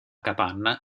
capanna